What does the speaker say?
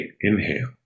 inhale